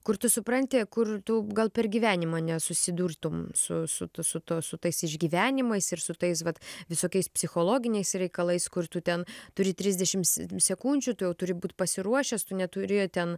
kur tu supranti kur tu gal per gyvenimą nesusidurtum su su tu su tuo su tais išgyvenimais ir su tais vat visokiais psichologiniais reikalais kur tu ten turi trisdešim s sekundžių tu jau turi būt pasiruošęs tu neturi ten